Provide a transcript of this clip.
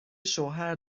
شوهر